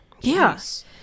Yes